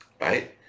Right